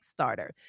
Kickstarter